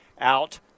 out